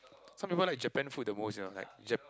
some people like Japan food the most you kow like Jap